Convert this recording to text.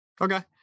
okay